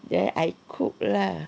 then I cook lah